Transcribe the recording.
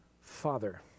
father